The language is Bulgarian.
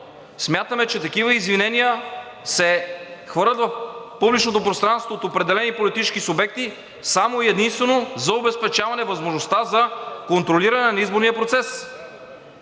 Смятаме, че такива извинения се хвърлят в публичното пространство от определени политически субекти само и единствено за обезпечаване възможността за контролиране на изборния процес.